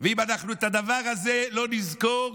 אם אנחנו את הדבר הזה לא נזכור,